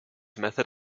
method